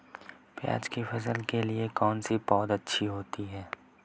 प्याज़ की फसल के लिए कौनसी पौद अच्छी होती है?